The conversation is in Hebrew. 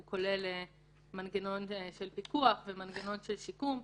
והוא כולל מנגנון של פיקוח, מנגנון של שיקום,